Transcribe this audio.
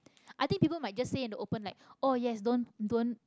i think people might just say in the open like oh yes don't don't